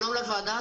שלום לוועדה.